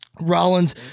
Rollins